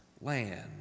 land